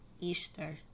Easter